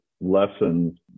lessons